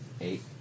Eight